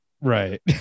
right